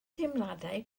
teimladau